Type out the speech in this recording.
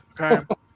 okay